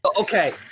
Okay